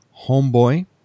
Homeboy